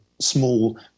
small